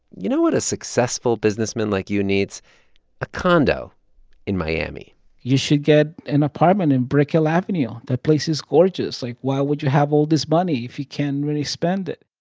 you know what a successful businessman like you needs a condo in miami you should get an apartment in brickell avenue. that place is gorgeous. like, why would you have all this money if you can't really spend it?